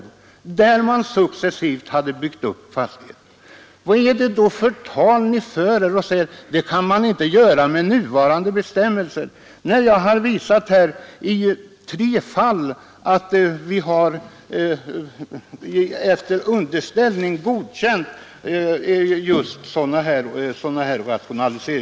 I dessa fall hade man successivt byggt upp fastigheterna. Vad är det då för tal ni för, när ni säger att man inte kan göra det med nuvarande bestämmelser.